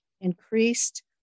increased